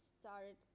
started